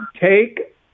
take